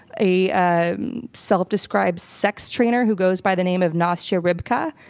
a self-described sex trainer who goes by the name of nastya rybka.